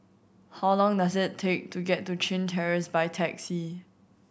how long does it take to get to Chin Terrace by taxi